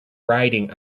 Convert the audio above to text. riding